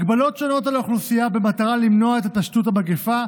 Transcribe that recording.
הגבלות שונות על האוכלוסייה במטרה למנוע את התפשטות המגפה,